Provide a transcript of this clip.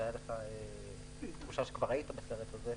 שהייתה לך תחושה שכבר היית בסרט הזה,